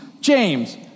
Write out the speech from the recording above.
James